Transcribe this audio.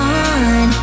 on